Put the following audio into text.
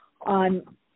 on